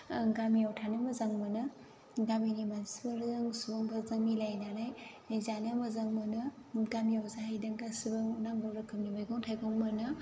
आं गामियाव थानो मोजां मोनो गामिनि मानसिफोरजों सुबुंफोरजों मिलायनानै जानो मोजां मोनो गामियाव जाहैदों गासिबो नांगौ रोखोमनि मैगं थाइगं मोनो